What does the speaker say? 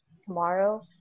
tomorrow